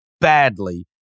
badly